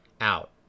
out